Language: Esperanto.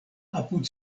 apud